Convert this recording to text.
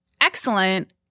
excellent